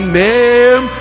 name